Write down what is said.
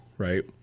Right